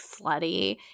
slutty